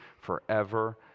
forever